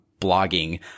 blogging